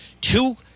Two